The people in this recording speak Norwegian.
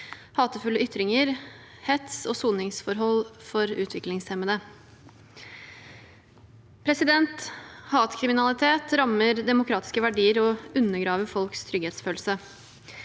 hatefulle ytringer, hets og soningsforhold for utviklingshemmede. Hatkriminalitet rammer demokratiske verdier og undergraver folks trygghetsfølelse.